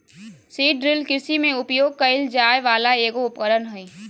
seed drill कृषि में उपयोग कइल जाय वला एगो उपकरण हइ